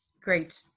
Great